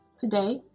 today